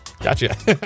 Gotcha